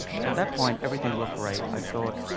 so at that point, everything looked great. i thought,